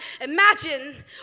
Imagine